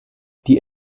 die